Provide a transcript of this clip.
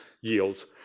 yields